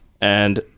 And-